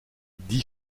dit